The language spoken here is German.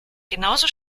genauso